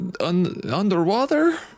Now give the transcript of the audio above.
underwater